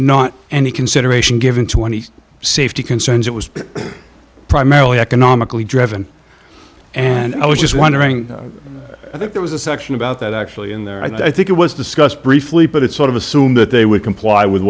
not any consideration given to any safety concerns it was primarily economically driven and i was just wondering if there was a section about that actually in there i think it was discussed briefly but it sort of assumed that they would comply with